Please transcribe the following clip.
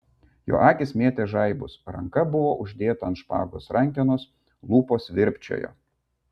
jo akys mėtė žaibus ranka buvo uždėta ant špagos rankenos lūpos virpčiojo